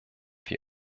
wie